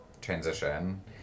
transition